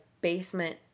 basement